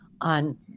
on